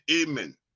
Amen